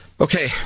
Okay